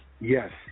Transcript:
Yes